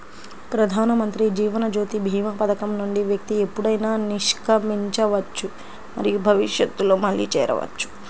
ప్రధానమంత్రి జీవన్ జ్యోతి భీమా పథకం నుండి వ్యక్తి ఎప్పుడైనా నిష్క్రమించవచ్చు మరియు భవిష్యత్తులో మళ్లీ చేరవచ్చు